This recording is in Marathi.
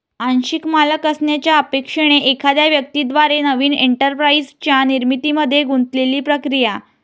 आंशिक मालक असण्याच्या अपेक्षेने एखाद्या व्यक्ती द्वारे नवीन एंटरप्राइझच्या निर्मितीमध्ये गुंतलेली प्रक्रिया